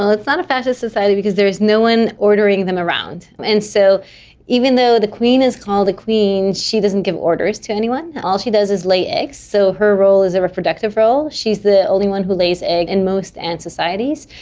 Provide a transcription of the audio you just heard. it's not a fascist society because there is no one ordering them around, and so even though the queen is called the queen, she doesn't give orders to anyone, all she does is lay eggs. so her role is a reproductive role. she is the only one who lays eggs in most ant societies.